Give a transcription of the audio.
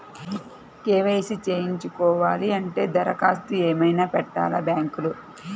KYC చేయించుకోవాలి అంటే దరఖాస్తు ఏమయినా పెట్టాలా బ్యాంకులో?